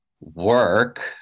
work